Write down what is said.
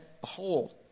behold